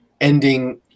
ending